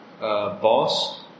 boss